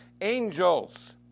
angels